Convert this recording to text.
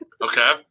Okay